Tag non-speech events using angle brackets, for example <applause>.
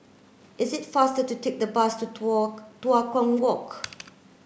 is it faster to take the bus to <unintelligible> Tua Kong Walk